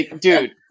dude